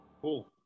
Cool